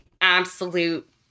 absolute